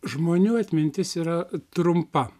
žmonių atmintis yra trumpa